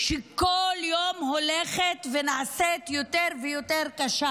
שכל יום הולכת ונעשית יותר ויותר קשה.